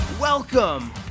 Welcome